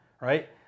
right